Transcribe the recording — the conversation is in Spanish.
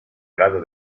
grado